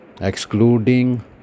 excluding